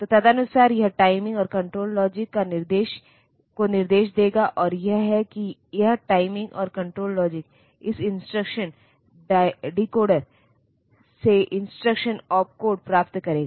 तो तदनुसार यह टाइमिंग और कण्ट्रोल लॉजिक को निर्देश देगा और यह है कि यह टाइमिंग और कण्ट्रोल लॉजिक इस इंस्ट्रक्शन डायोडर से इंस्ट्रक्शन ओपकोड प्राप्त करेगा